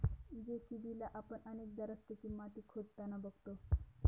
JCB ला आपण अनेकदा रस्त्याची माती खोदताना बघतो